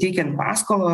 teikian paskolą